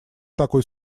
такой